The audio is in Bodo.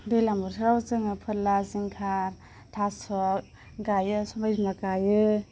दैज्लां बोथोरआव जोङो फोरला जिंखा थास' गायो सबाइ बिमा गायो